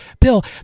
bill